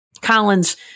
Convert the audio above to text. Collins